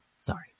sorry